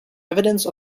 evidence